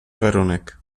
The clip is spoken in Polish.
warunek